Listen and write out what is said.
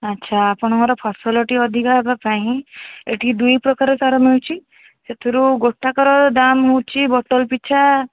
ଆଛା ଆପଣଙ୍କର ଫସଲଟି ଅଧିକା ହେବା ପାଇଁ ଏଠି ଦୁଇ ପ୍ରକାର ସାର ମିଳୁଛି ସେଥିରୁ ଗୋଟାକର ଦାମ୍ ହେଉଛି ବୋତଲ ପିଛା